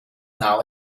now